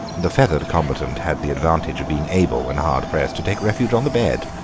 the feathered combatant had the advantage of being able, when hard pressed, to take refuge on the bed,